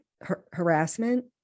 harassment